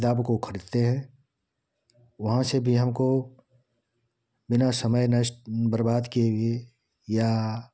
किताब को ख़रीदते हैं वहाँ से भी हमको बिना समय नष्ट बर्बाद किए हुए या